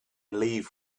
leave